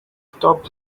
stop